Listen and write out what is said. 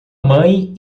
mãe